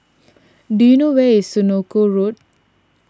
do you know where is Senoko Road